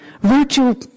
Virtual